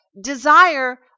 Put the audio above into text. desire